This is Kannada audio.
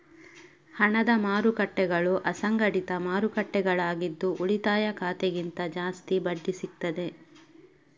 ಹಣದ ಮಾರುಕಟ್ಟೆಗಳು ಅಸಂಘಟಿತ ಮಾರುಕಟ್ಟೆಗಳಾಗಿದ್ದು ಉಳಿತಾಯ ಖಾತೆಗಿಂತ ಜಾಸ್ತಿ ಬಡ್ಡಿ ಸಿಗ್ತದೆ